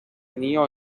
neo